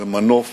זה מנוף